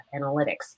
analytics